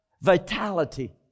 Vitality